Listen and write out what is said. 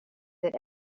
that